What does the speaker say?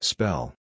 Spell